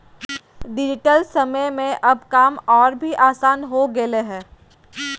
digital समय में अब काम और भी आसान हो गेलय हें